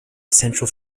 central